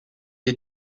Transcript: est